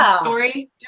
story